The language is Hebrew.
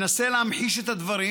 אנסה להמחיש את הדברים: